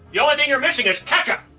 the only thing you're missing is ketchup!